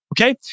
okay